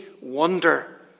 wonder